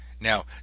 now